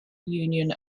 union